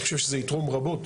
אני חושב שזה יתרום רבות,